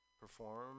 perform